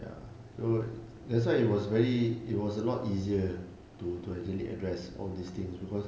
ya so that's why it was very it was a lot easier to to actually address all these things because